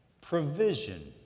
provision